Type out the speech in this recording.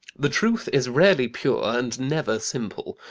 the truth is rarely pure and never simple.